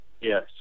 yes